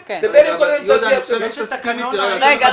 בין אם קוראים להם "בצלם" ובין אם קוראים ------ רגע,